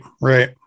Right